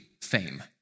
fame